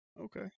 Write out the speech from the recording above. Okay